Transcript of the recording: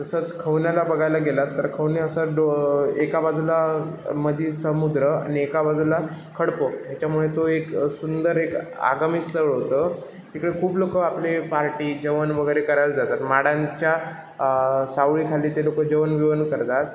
तसंच खवन्याला बघायला गेलात तर खवने असा डो एका बाजूला मध्ये समुद्र आणि एका बाजूला खडकं ह्याच्यामुळे तो एक सुंदर एक आगामी स्थळ होतं तिकडे खूप लोकं आपले पार्टी जेवण वगैरे करायला जातात माडांच्या सावलीखाली ते लोकं जेवण बिवन करतात